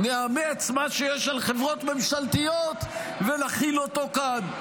נאמץ מה שיש בחברות בממשלתיות ונחיל אותו כאן.